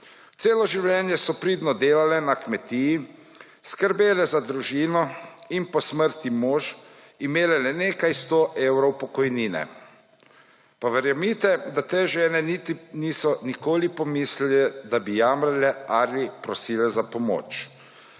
Celo življenje so pridno delale na kmetiji, skrbele za družino in po smrti mož imele le nekaj sto evrov pokojnine. Verjemite, da te žene niso nikoli pomislile, da bi jamrale ali prosile za pomoč.